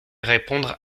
répondre